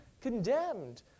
condemned